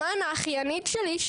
למען האחיינית שלי,